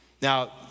Now